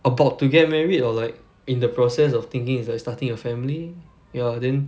about to get married or like in the process of thinking is like starting a family ya then